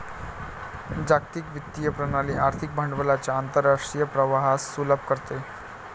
जागतिक वित्तीय प्रणाली आर्थिक भांडवलाच्या आंतरराष्ट्रीय प्रवाहास सुलभ करते